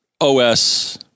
OS